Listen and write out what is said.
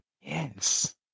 Yes